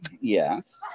Yes